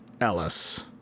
Ellis